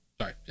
Sorry